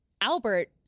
Albert